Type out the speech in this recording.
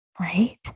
Right